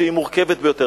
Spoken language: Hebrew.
שהיא מורכבת ביותר.